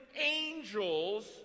angels